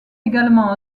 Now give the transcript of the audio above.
également